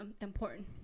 important